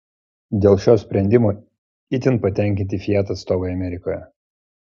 dėl šio sprendimo itin patenkinti fiat atstovai amerikoje